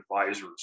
Advisors